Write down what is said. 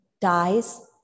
dies